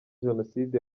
jenoside